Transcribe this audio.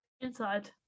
Inside